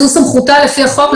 זו סמכותה לפיהחוק,